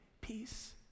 peace